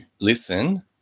listen